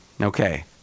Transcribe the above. Okay